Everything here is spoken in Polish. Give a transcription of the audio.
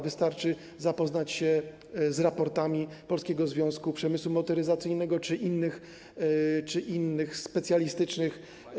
Wystarczy zapoznać się z raportami Polskiego Związku Przemysłu Motoryzacyjnego czy innych specjalistycznych.